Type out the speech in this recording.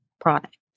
product